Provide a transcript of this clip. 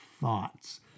thoughts